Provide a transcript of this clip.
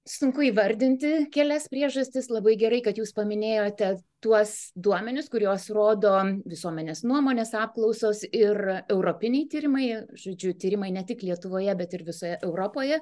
sunku įvardinti kelias priežastis labai gerai kad jūs paminėjote tuos duomenis kuriuos rodo visuomenės nuomonės apklausos ir europiniai tyrimai žodžiu tyrimai ne tik lietuvoje bet ir visoje europoje